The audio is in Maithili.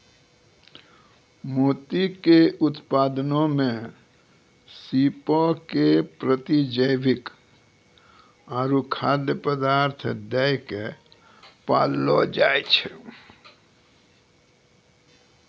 मोती के उत्पादनो मे सीपो के प्रतिजैविक आरु खाद्य पदार्थ दै के पाललो जाय छै